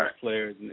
players